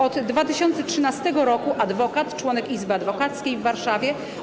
Od 2013 r. adwokat, członek Izby Adwokackiej w Warszawie.